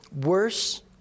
worse